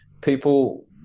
people